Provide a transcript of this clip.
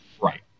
right